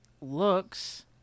looks